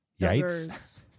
Yikes